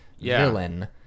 villain